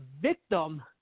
victim